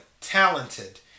talented